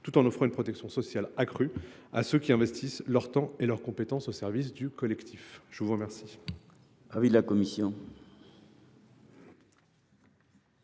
tout en offrant une protection sociale accrue à ceux qui mettent leur temps et leurs compétences au service du collectif. Quel